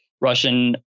Russian